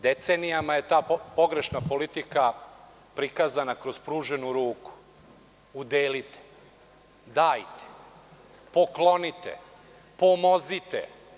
Decenijama je ta pogrešna politika prikazana kroz pruženu ruku, udelite, dajte, poklonite, pomozite.